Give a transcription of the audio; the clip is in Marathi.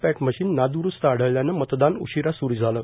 पॅट मशीन नाद्रुस्त आढळल्यानं मतदान उशीरा स्रू झालं